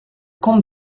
comte